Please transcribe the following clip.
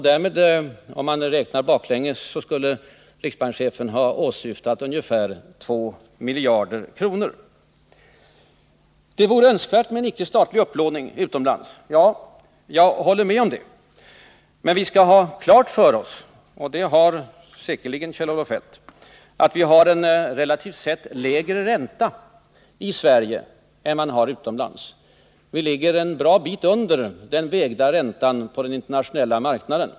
Därmed skulle, om man räknar baklänges, riks att minska utlandsupplåningen bankschefen ha åsyftat ungefär 2 miljarder kronor. Det vore önskvärt med en större icke-statlig upplåning utomlands — jag håller med om det. Men vi skall ha klart för oss — och det har säkerligen Kjell-Olof Feldt att vi har en relativt sett lägre ränta i Sverige än man har utomlands. Vi ligger en bra bit under den vägda räntan på den internationella marknaden.